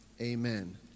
Amen